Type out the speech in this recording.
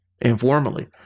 informally